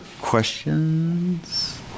questions